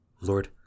Lord